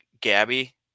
Gabby